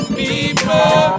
people